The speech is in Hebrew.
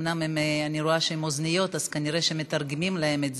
הם עם אוזניות, וכנראה מתרגמים להם את זה.